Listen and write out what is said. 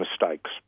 Mistakes